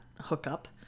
hookup